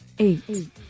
Eight